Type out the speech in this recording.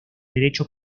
derecho